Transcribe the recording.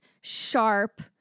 sharp